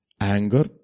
anger